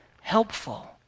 helpful